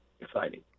exciting